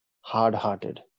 hard-hearted